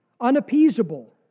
unappeasable